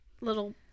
little